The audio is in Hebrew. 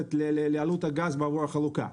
תוספת לעלות הגז בעבור החלוקה.